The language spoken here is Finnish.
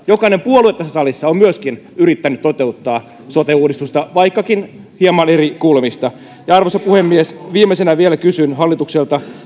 jokainen puolue tässä salissa on myöskin yrittänyt toteuttaa sote uudistusta vaikkakin hieman eri kulmista arvoisa puhemies viimeisenä vielä kysyn hallitukselta